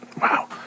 Wow